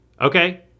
okay